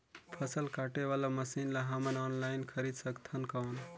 फसल काटे वाला मशीन ला हमन ऑनलाइन खरीद सकथन कौन?